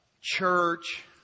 church